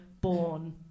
born